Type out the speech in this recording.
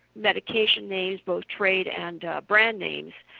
medication names, both trade and brand names.